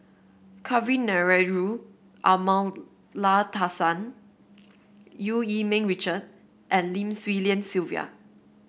Kavignareru Amallathasan Eu Yee Ming Richard and Lim Swee Lian Sylvia